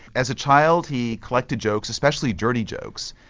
as a child he collected jokes, especially dirty jokes,